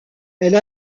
elle